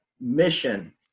mission